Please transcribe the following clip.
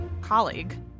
colleague